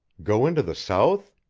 go into the south?